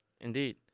Indeed